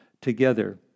together